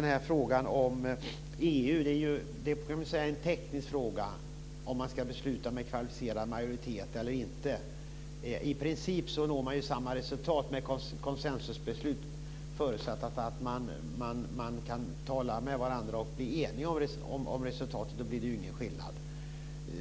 När det gäller EU är det en teknisk fråga om man ska besluta med kvalificerad majoritet eller inte. I princip nås samma resultat med konsensusbeslut - om man kan tala med varandra och bli eniga om resultatet blir det ju ingen skillnad.